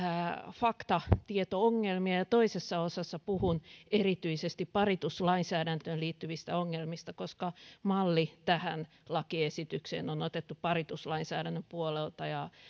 faktatieto ongelmia ja ja toisessa osassa puhun erityisesti parituslainsäädäntöön liittyvistä ongelmista koska malli tähän lakiesitykseen on otettu parituslainsäädännön puolelta ja